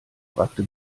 fragte